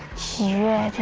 here,